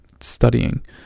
studying